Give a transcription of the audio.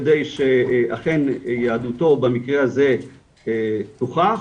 כדי שאכן יהדותו במקרה הזה תוכח,